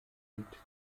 liegt